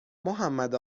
محمد